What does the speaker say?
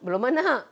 belum anak